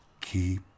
Keep